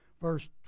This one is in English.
verse